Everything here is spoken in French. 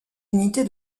unité